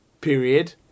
Period